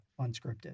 unscripted